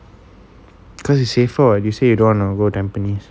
cause is safer [what] you say you don't wanna go tampines